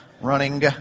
Running